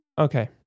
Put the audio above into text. Okay